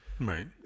Right